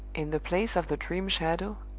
in the place of the dream shadow,